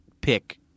pick